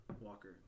Walker